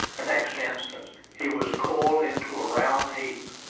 the next instant he was coiled into a round heap.